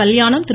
கல்யாணம் திரு